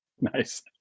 Nice